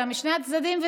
אלא משני הצדדים,